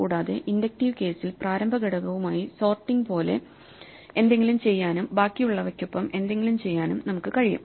കൂടാതെ ഇൻഡക്റ്റീവ് കേസിൽ പ്രാരംഭ ഘടകവുമായി സോർട്ടിങ് പോലെ എന്തെങ്കിലും ചെയ്യാനും ബാക്കിയുള്ളവയ്ക്കൊപ്പം എന്തെങ്കിലും ചെയ്യാനും നമുക്ക് കഴിയും